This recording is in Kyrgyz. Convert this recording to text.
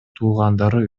туугандары